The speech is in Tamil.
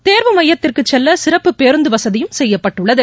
தேர்வு மையத்திற்குசெல்லசிறப்பு பேருந்துவசதியும் செய்யப்பட்டுள்ளது